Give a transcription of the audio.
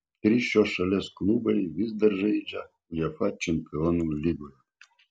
trys šios šalies klubai vis dar žaidžia uefa čempionų lygoje